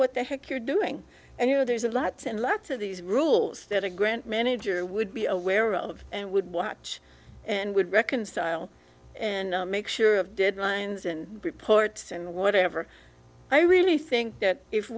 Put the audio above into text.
what the heck you're doing and you know there's a lots and lots of these rules that a grant manager would be aware of and would watch and would reconcile and make sure of deadlines and reports and whatever i really think that if